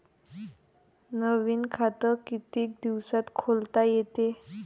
नवीन खात कितीक दिसात खोलता येते?